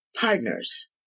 partners